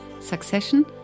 succession